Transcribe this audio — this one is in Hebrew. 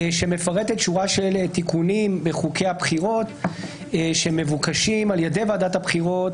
שמפרטת שורה של תיקונים בחוקי הבחירות המבוקשים על ידי ועדת הבחירות,